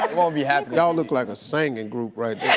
won't be hap y'all look like a singing and group right